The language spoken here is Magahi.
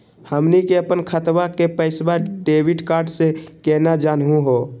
हमनी के अपन खतवा के पैसवा डेबिट कार्ड से केना जानहु हो?